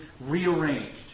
rearranged